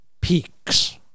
peaks